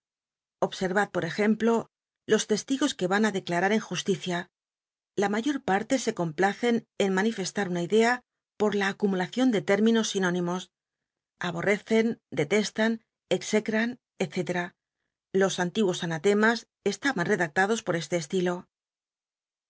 observad por ejemplo los testigos que van á declarar en justicia la mayor parte se complacen en manifestar una idea por la acumulacion de términos si nónimos ahorrcccn detestan exccmn ele los antiguos anatemas estaban redactados por este estilo